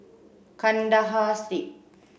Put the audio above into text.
Kandahar Street